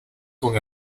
con